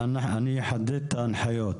אני אחדד את ההנחיות.